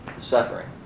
suffering